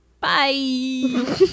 Bye